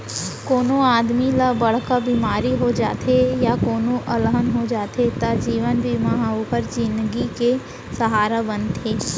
कोनों आदमी ल बड़का बेमारी हो जाथे या कोनों अलहन हो जाथे त जीवन बीमा ह ओकर जिनगी के सहारा बनथे